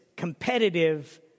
Competitive